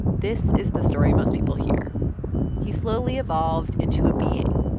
this is the story most people hear he slowly evolved into a being,